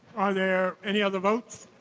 are there any other votes?